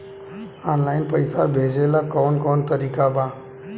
Online पइसा भेजेला कवन कवन तरीका बा?